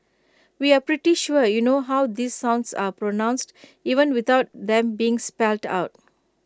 we are pretty sure you know how these sounds are pronounced even without them being spelled out